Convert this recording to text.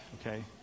okay